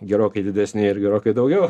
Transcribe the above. gerokai didesni ir gerokai daugiau